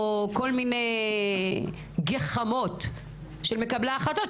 או כל מיני גחמות של מקבלי החלטות,